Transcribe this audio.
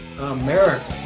America